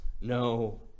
No